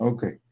Okay